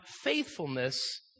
faithfulness